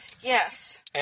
Yes